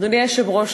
אדוני היושב-ראש,